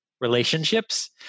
relationships